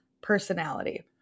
personality